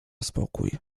spokój